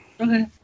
Okay